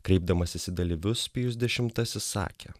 kreipdamasis į dalyvius pijus dešimtasis sakė